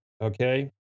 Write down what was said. Okay